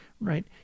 right